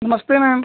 नमस्ते मैम